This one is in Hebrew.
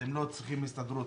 אתם לא צריכים הסתדרות,